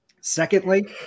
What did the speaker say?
Secondly